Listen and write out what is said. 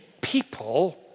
people